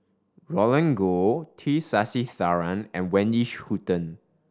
Roland Goh T Sasitharan and Wendy Hutton